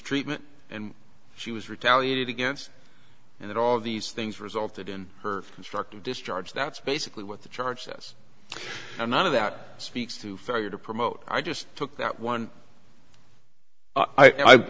treatment and she was retaliated against and that all of these things resulted in her destructive discharge that's basically what the charges i'm not of that speaks to failure to promote i just took that one